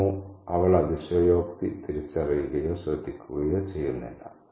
അമ്മു അവൾ അതിശയോക്തി തിരിച്ചറിയുകയോ ശ്രദ്ധിക്കുകയോ ചെയ്യുന്നില്ല